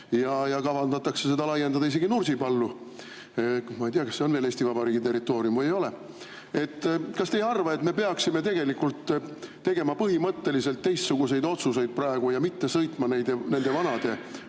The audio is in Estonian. ja kavandatakse seda laiendada isegi Nursipallu. Ma ei tea, kas see on veel Eesti Vabariigi territoorium või ei ole. Kas te ei arva, et me peaksime tegelikult tegema praegu põhimõtteliselt teistsuguseid otsuseid ja mitte sõitma nende vanade